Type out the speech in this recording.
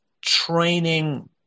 training